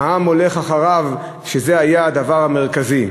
העם הולך אחריו, וזה היה הדבר המרכזי.